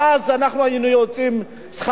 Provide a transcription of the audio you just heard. ואז היה שכרנו יוצא בהפסדנו.